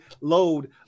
load